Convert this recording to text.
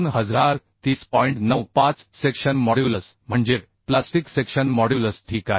95 section modulus म्हणजे plastic section modulus ठीक आहे